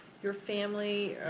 your family,